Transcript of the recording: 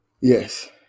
Yes